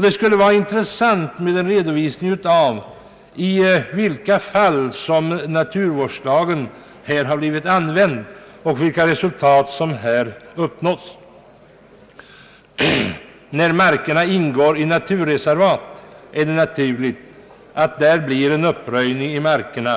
Det skulle vara intressant med en redovisning av i vilka fall naturvårdslagen i detta hänseende har kommit till användning och vilka resultat som därvidlag har uppnåtts. I de fall då markerna ingår i naturreservat är det naturligt att det görs en uppröjning i markerna,